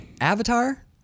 Avatar